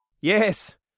Yes